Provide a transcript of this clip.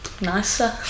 nicer